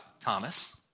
Thomas